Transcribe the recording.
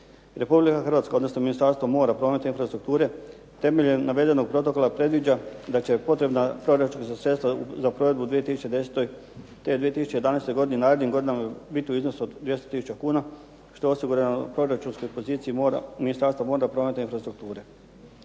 Republika Hrvatska odnosno Ministarstvo mora, prometa i infrastrukture temeljem navedenog protokola predviđa da će potrebna proračunska sredstva za provedbu u 2010. te 2011. godini i narednim godinama biti u iznosu od 200 tisuća kuna što je osigurano u proračunskoj poziciji Ministarstva mora, prometa i infrastrukture.